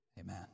Amen